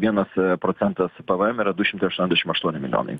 vienas procentas pvm yra du šimtai aštuoniasdešim aštuoni milijonai